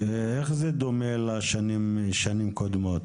איך זה דומה לשנים קודמות?